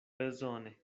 bezone